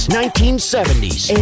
1970s